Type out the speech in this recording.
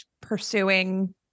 pursuing